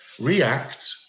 react